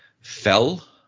fell